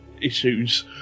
issues